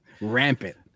Rampant